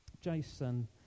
Jason